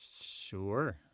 sure